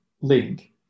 link